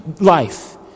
life